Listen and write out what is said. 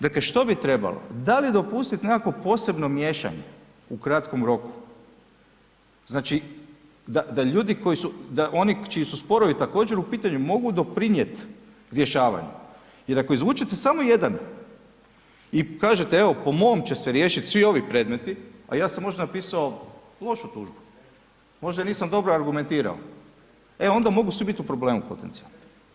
Dakle, što bi trebalo da li dopustit nekakvo posebno miješanje u kratkom roku, znači da ljudi koji su, da oni čiji su sporovi također u pitanju mogu doprinijet rješavanju, jer ako izvučete samo jedan i kažete evo po mom će se riješit svi ovi predmeti, a ja sam možda napisao lošu tužbu, možda je nisam dobro argumentirao, e onda mogu svi biti u problemu potencijalnom.